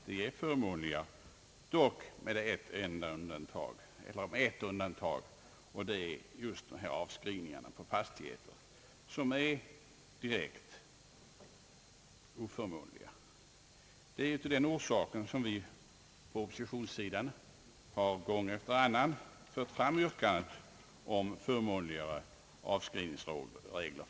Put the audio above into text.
De är förmånliga — dock med ett undantag, nämligen avskrivningar på fastigheter — de är direkt oförmånliga. Det är av den orsaken som vi på oppositionssidan gång efter annan har fört fram yrkandet om förmånligare avskrivningsregler.